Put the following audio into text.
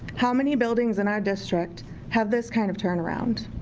how many buildings in our district have this kind of turnaround?